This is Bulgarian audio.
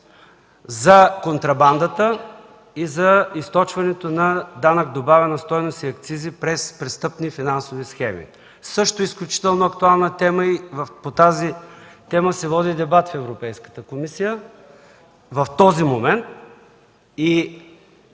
за контрабандата и за източването на данък добавен стойност и акцизи през престъпни финансови схеми – също изключително актуална тема. По тази тема в този момент се води дебат в Европейската комисия. Ние